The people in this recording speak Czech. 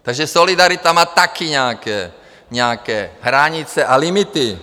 Takže solidarita má také nějaké hranice a limity.